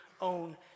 own